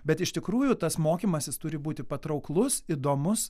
bet iš tikrųjų tas mokymasis turi būti patrauklus įdomus